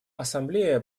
ассамблея